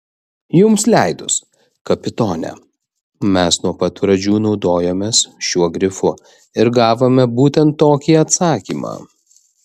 jums leidus kapitone mes nuo pat pradžių naudojomės šiuo grifu ir gavome būtent tokį atsakymą